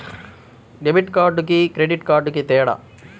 Debit కార్డుకి credit కార్డుకి తేడా?